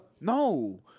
No